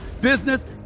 business